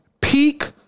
Peak